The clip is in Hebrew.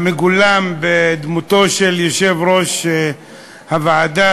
המגולם בדמותו של יושב-ראש הוועדה,